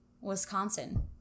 Wisconsin